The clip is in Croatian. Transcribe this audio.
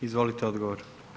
Izvolite odgovor.